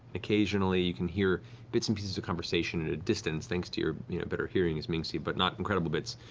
occasionally, you can hear bits and pieces of conversation at a distance, thanks to your you know better hearing as minxie, but not incredible bits.